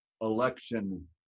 election